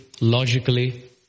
logically